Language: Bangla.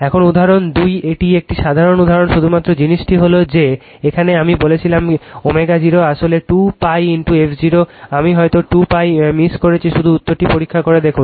এখন উদাহরণ 2 এটি একটি সাধারণ উদাহরণ শুধুমাত্র জিনিসটি হল যে এখানে আমি বলেছিলাম ω 0 আসলে 2π f 0 আমি হয়তো 2 pi মিস করেছি শুধু উত্তরটি পরীক্ষা করে দেখুন